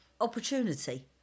opportunity